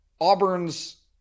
Auburn's